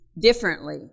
differently